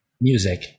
Music